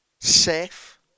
safe